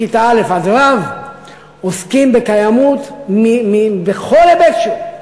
מכיתה א' עד ו', עוסקים בקיימות בכל היבט שהוא.